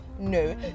no